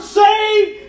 saved